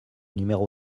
numéro